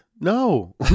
No